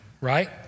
right